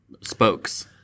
spokes